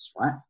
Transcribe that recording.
right